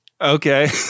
Okay